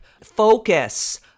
focus